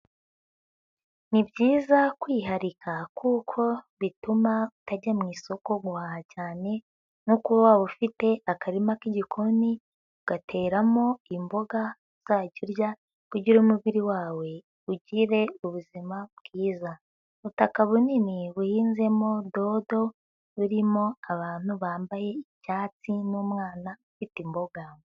Ni ibyiza kwiharika kuko bituma utajya mu isoko guhaha cyane nko kuba waba ufite akarima k'igikoni ugateramo imboga uzajya urya kugira umubiri wawe ugire ubuzima bwiza, ubutaka bunini buhinzemo dodo, burimo abantu bambaye icyatsi n'umwana ufite imboga.